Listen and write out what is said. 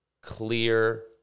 clear